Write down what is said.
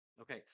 Okay